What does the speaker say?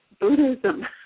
Buddhism